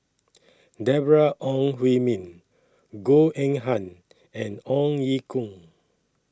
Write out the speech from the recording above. Deborah Ong Hui Min Goh Eng Han and Ong Ye Kung